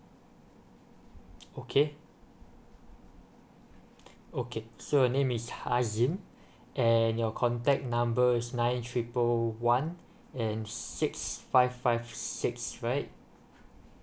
okay okay so your name is hazim and your contact number is nine triple one and six five five six right